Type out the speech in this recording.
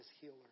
healer